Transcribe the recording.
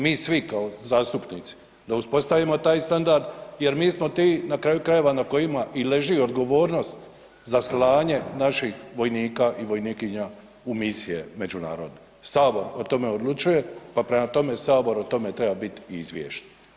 Mi svi zastupnici da uspostavimo taj standard jer smo mi ti na kraju krajeva na kojima i leži odgovornost za slanje naših vojnika i vojnikinja u misije međunarodne, Sabor o tome odlučuje pa prema tome Sabor o tome treba biti i izvješten.